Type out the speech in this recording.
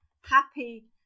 happy